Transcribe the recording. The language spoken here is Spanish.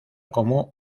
como